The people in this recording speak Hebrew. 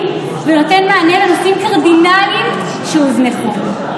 ונותן מענה לנושאים קרדינליים שהוזנחו.